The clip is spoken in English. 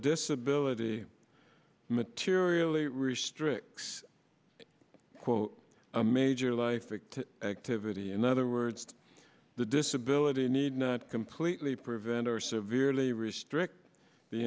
disability materially restricts quote a major life activity in other words the disability need not complete they prevent or severely restrict the